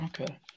Okay